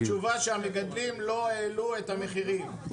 התשובה היא שהמגדלים לא העלו את המחירים,